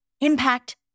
impact